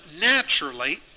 naturally